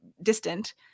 distant